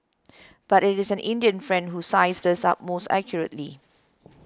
but it is an Indian friend who sized us up most accurately